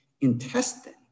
intestine